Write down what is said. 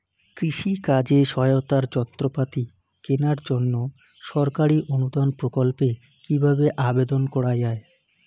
কৃষি কাজে সহায়তার যন্ত্রপাতি কেনার জন্য সরকারি অনুদান প্রকল্পে কীভাবে আবেদন করা য়ায়?